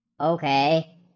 Okay